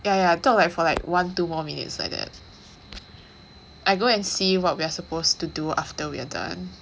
yeah yeah talk like for like one two more minutes like that I go and see what we're supposed to do after we are done